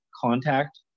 contact